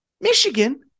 Michigan